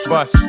Bus